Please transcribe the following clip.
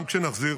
גם כשנחזיר,